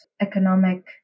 economic